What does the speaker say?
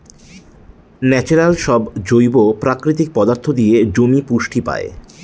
natural সব জৈব প্রাকৃতিক পদার্থ দিয়ে জমি পুষ্টি পায়